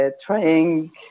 trying